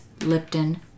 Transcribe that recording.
Lipton